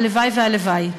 הלוואי והלוואי.